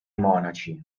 monaci